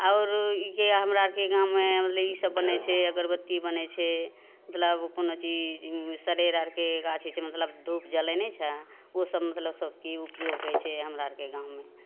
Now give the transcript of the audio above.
औरो ईके हमरा आरके गाँममे मतलब ईसब बनय छै अगरबत्ती बनय छै मतलब कोनो चीज सरेर आरके गाछ होइ छै मतलब धूप जलय नहि छै ओसब मतलब सब चीज उपयोग होइ छै हमरा आरके गाँवमे